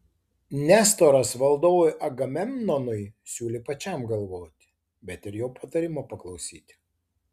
nestoras valdovui agamemnonui siūlė pačiam galvoti bet ir jo patarimo paklausyti